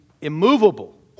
immovable